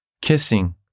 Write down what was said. kissing